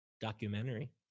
documentary